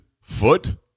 foot